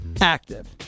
active